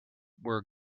were